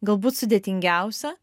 galbūt sudėtingiausia